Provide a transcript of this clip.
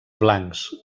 blancs